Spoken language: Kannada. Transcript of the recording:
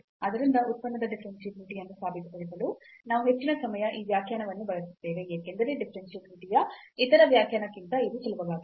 ಆದ್ದರಿಂದ ಉತ್ಪನ್ನದ ಡಿಫರೆನ್ಷಿಯಾಬಿಲಿಟಿ ಅನ್ನು ಸಾಬೀತುಪಡಿಸಲು ನಾವು ಹೆಚ್ಚಿನ ಸಮಯ ಈ ವ್ಯಾಖ್ಯಾನವನ್ನು ಬಳಸುತ್ತೇವೆ ಏಕೆಂದರೆ ಡಿಫರೆನ್ಷಿಯಾಬಿಲಿಟಿ ಯ ಇತರ ವ್ಯಾಖ್ಯಾನಕ್ಕಿಂತ ಇದು ಸುಲಭವಾಗಿದೆ